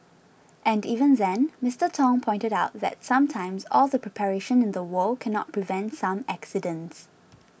and even then Mister Tong pointed out that sometimes all the preparation in the world cannot prevent some accidents